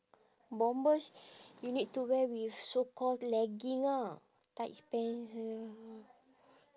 bombers you need to wear with so called legging ah tight pants ya